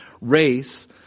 race